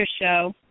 show